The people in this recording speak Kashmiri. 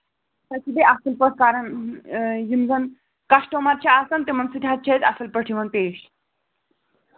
أسۍ چھِ بیٚیہِ اَصٕل پٲٹھۍ کران یِم زَن کَسٹٕمَر چھِ آسان تِمن سۭتۍ حظ چھِ أسۍ اَصٕل پٲٹھۍ یِوان پیش